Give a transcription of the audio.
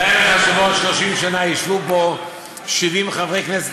תאר לך שבעוד 30 שנה ישבו פה 70 חברי כנסת